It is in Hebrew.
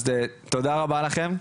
אז תודה רבה לכם,